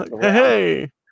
Hey